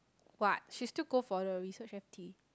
what she still got for the research F_T